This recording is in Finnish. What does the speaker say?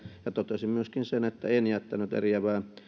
ja totesin myöskin sen että en jättänyt eriävää